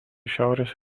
šiaurės